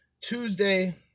Tuesday